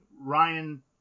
ryan